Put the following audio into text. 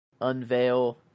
unveil –